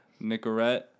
Nicorette